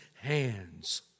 hands